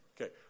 Okay